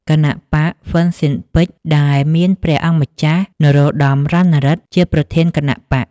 គណបក្សហ្វ៊ិនស៊ិនប៉ិច ដែល មានព្រះអង្គម្ចាស់ នរោត្តម រណឬទ្ធិ ជាប្រធានគណបក្ស។